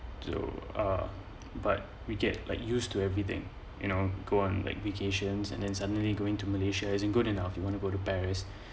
so uh but we get like used to everything you know go on like vacations and then suddenly going to malaysia isn't good enough you want to go to paris